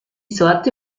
sorte